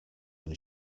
than